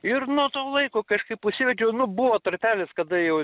ir nuo to laiko kažkaip užsivedžiau nu buvo tarpelis kada jau